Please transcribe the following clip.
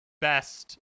best